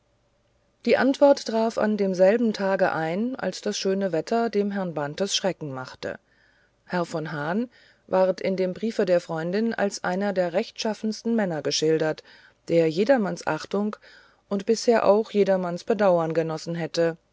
die antwort traf an demselben tage ein als das schöne wetter dem herrn bantes schrecken machte herr von hahn ward in dem briefe der freundin als einer der rechtschaffensten männer geschildert der jedermanns achtung und bisher auch jedermanns bedauern genossen hätte